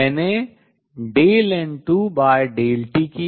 मैंने N2 t किया